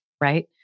right